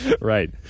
Right